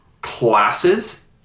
classes